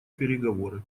переговоры